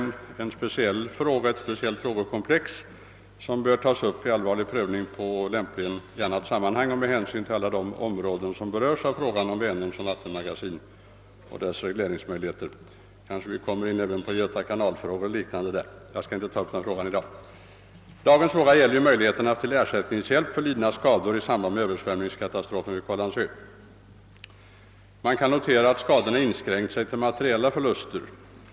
Detta är emellertid ett speciellt frågekomplex, som bör tas upp till allvarlig prövning i annat sammanhang och då med hänsyn tagen till alla de områden som berörs av Vänern som vattenmagasin och dess regleringsmöjligheter. Då kanske vi också kommer in på frågan om Göta kanal och liknande. Jag skall inte ta upp det problemet i dag. Dagens fråga gäller i stället ersättningsmöjligheterna för lidna skador i samband med översvämningskatastrofen vid Kållandsö. Man noterar att skadorna inskränker sig till materiella förluster.